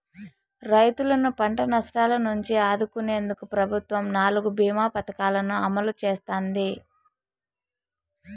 రైతులను పంట నష్టాల నుంచి ఆదుకునేందుకు ప్రభుత్వం నాలుగు భీమ పథకాలను అమలు చేస్తోంది